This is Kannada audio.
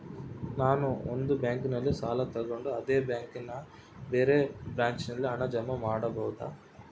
ನಾನು ಒಂದು ಬ್ಯಾಂಕಿನಲ್ಲಿ ಸಾಲ ತಗೊಂಡು ಅದೇ ಬ್ಯಾಂಕಿನ ಬೇರೆ ಬ್ರಾಂಚಿನಲ್ಲಿ ಹಣ ಜಮಾ ಮಾಡಬೋದ?